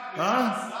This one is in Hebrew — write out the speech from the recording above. יועצים